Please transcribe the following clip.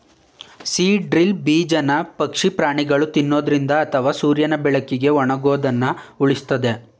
seed drill ಬೀಜನ ಪಕ್ಷಿ ಪ್ರಾಣಿಗಳು ತಿನ್ನೊದ್ರಿಂದ ಅಥವಾ ಸೂರ್ಯನ ಬೆಳಕಿಗೆ ಒಣಗೋದನ್ನ ಉಳಿಸ್ತದೆ